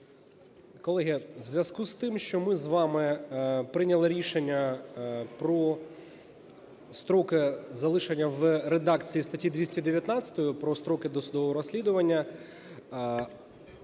Колеги, в зв'язку з тим, що ми з вами прийняли рішення про залишення в редакції статті 219 "Про строки досудового розслідування",